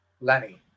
Lenny